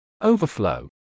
overflow